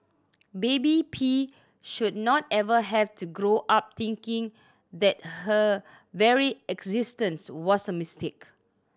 baby P should not ever have to grow up thinking that her very existence was a mistake